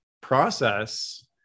process